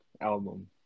album